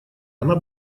она